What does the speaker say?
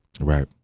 Right